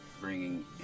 bringing